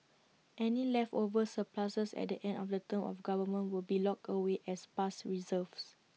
any leftover surpluses at the end of the term of government will be locked away as past reserves